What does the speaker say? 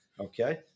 Okay